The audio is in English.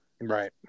Right